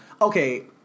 okay